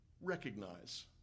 recognize